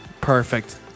perfect